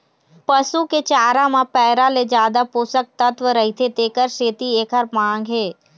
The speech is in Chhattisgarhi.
पसू के चारा म पैरा ले जादा पोषक तत्व रहिथे तेखर सेती एखर मांग हे